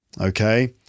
Okay